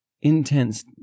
intense